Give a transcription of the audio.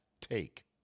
take